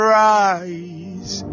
rise